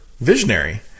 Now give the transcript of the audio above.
visionary